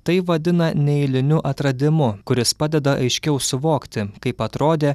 tai vadina neeiliniu atradimu kuris padeda aiškiau suvokti kaip atrodė